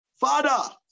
Father